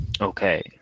Okay